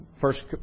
first